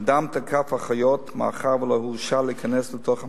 אדם תקף אחיות מאחר שלא הורשה להיכנס לתוך המחלקה.